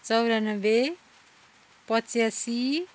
चौरानब्बे पचासी